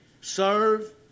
serve